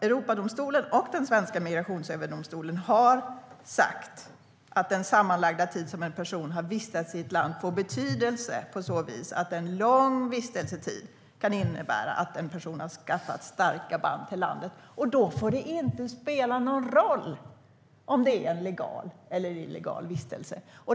Europadomstolen och den svenska Migrationsöverdomstolen har sagt att den sammanlagda tid som en person har vistats i ett land får betydelse på så vis att en lång vistelsetid kan innebära att en person har skaffat starka band till landet. Då får det inte spela någon roll om det är en legal eller illegal vistelse.